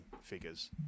figures